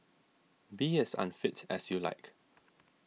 be as unfit as you like